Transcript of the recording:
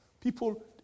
people